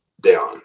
down